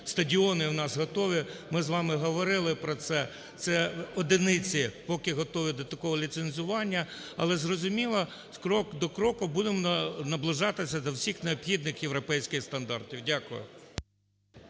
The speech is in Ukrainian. стадіони у нас готові, ми з вами говорили про це, це одиниці поки готові до такого ліцензування. Але зрозуміло, крок за кроком будемо наближатися до всіх необхідних європейських стандартів. Дякую.